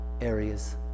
areas